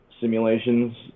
simulations